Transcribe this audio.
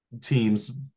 teams